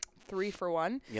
three-for-one